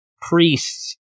priests